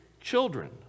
children